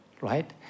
right